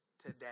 today